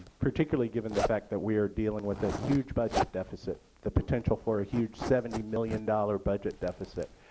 particularly given the fact that we are dealing with a huge budget deficit. the potential for a huge seventy million dollars budget deficit.